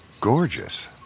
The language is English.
gorgeous